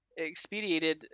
expediated